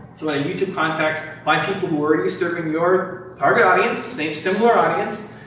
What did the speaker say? so in a youtube context, find people who are already surfing your target audience, same similar audience,